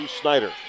Snyder